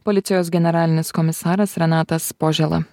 policijos generalinis komisaras renatas požėla